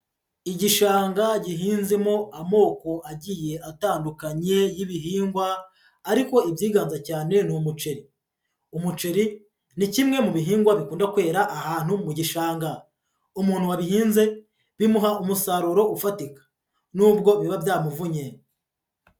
Igishanga gihinzemo amoko agiye atandukanye y'ibihingwa ariko ibyiganza cyane ni umuceri, umuceri ni kimwe mu bihingwa bikunda kwera ahantu mu gishanga, umuntu wabihinze bimuha umusaruro ufatika n'ubwo biba byamuvunnye.